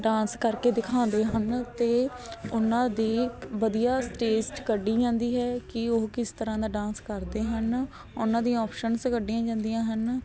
dance ਕਰਕੇ ਦਿਖਾਉਂਦੇ ਹਨ ਅਤੇ ਉਹਨਾਂ ਦੀ ਵਧੀਆ ਸਟੇਸਟ ਕੱਢੀ ਜਾਂਦੀ ਹੈ ਕਿ ਉਹ ਕਿਸ ਤਰ੍ਹਾਂ ਦਾ ਡਾਂਸ ਕਰਦੇ ਹਨ ਉਹਨਾਂ ਦੀਆਂ ਆਫਸਨਸ ਕੱਢੀਆਂ ਜਾਂਦੀਆਂ ਹਨ